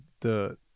the-